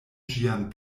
ĝian